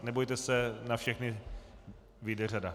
Nebojte se, na všechny vyjde řada.